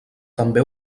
també